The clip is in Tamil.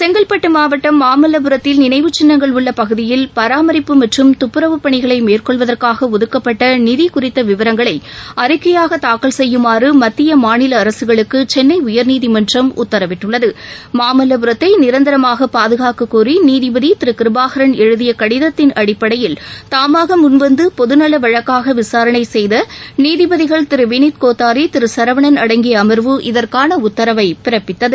செங்கல்பட்டுமாவட்டம் மாமல்லபுரத்தில் நினைவுச் சின்னங்கள் உள்ளபகுதியில் பராமரிப்பு மற்றும் பணிகளைமேற்கொள்வதற்காகஒதுக்கப்பட்டநிதிகுறித்தவிவரங்களைஅறிக்கையாகதாக்கல் கப்புரவுப் செய்யுமாறுமத்தியமாநிலஅரசுகளுக்குசென்னைஉயர்நீதிமன்றம் உத்தரவிட்டுள்ளது மாமல்லபுரத்தைநிரந்தரமாகபாதுகாக்கக்கோரிநீதிபதிருகிருபாகரன் எழுதியகடிதத்தின் வந்த பொதுநலவழக்காகவிசாரணைசெய்தநீதிபதிகள் தாமாகமுன் திருவினித்கோத்தாரி திருசரவணன் அடங்கியஅமாவு இதற்கானஉத்தரவைபிறப்பித்தது